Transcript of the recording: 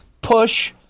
Push